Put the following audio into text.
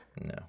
No